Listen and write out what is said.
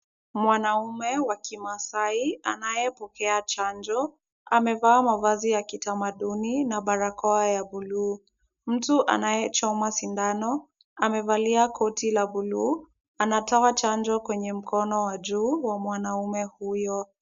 Mwanaume wa kimasai anayepokea chanjo, amevaa mavazi ya kitamaduni na barakoa ya buluu. Mtu anayechoma sindano amevalia koti la buluu, anachoma chanjo kwenye mkono wa juu wa mwanaume huyo.